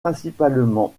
principalement